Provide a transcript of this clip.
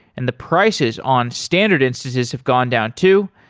and the prices on standard instances have gone down too.